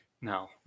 No